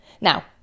now